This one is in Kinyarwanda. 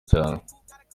cyane